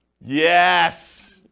Yes